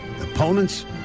opponents